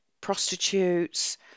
prostitutes